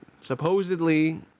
supposedly